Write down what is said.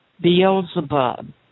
Beelzebub